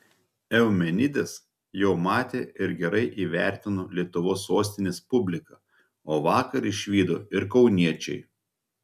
eumenides jau matė ir gerai įvertino lietuvos sostinės publika o vakar išvydo ir kauniečiai